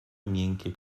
miękkie